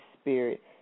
Spirit